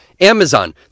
amazon